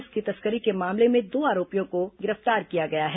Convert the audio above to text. इसके तस्करी के मामले में दो आरोपियों को गिरफ्तार किया गया है